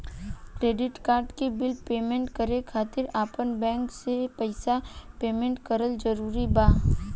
Credit card के bill payment करे खातिर आपन बैंक से पईसा पेमेंट करल जरूरी बा?